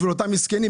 בשביל אותם מסכנים.